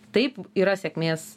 taip yra sėkmės